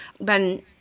Ben